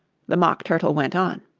the mock turtle went on.